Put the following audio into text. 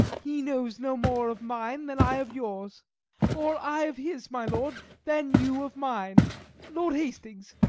he knows no more of mine than i of yours or i of his, my lord, than you of mine lord hastings,